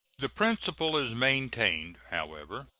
the principle is maintained, however,